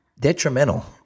detrimental